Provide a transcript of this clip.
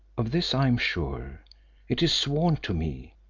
of this i am sure it is sworn to me.